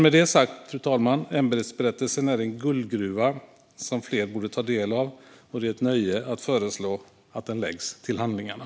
Med detta sagt, fru talman, är ämbetsberättelsen en guldgruva som fler borde ta del av, och det är ett nöje att föreslå att den läggs till handlingarna.